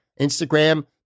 Instagram